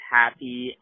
happy